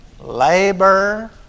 labor